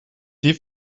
die